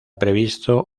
previsto